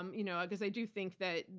um you know ah because i do think that,